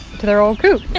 to their old coop.